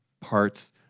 parts